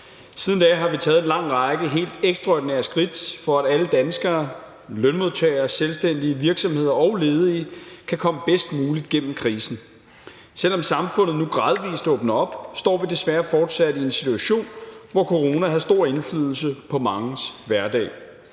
Siden da har vi taget en lang række helt ekstraordinære skridt, for at alle danskere – lønmodtagere, selvstændige, virksomheder og ledige – kan komme bedst muligt gennem krisen. Selv om samfundet nu gradvis åbner op, står vi desværre fortsat i en situation, hvor corona har stor indflydelse på manges hverdag.